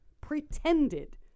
pretended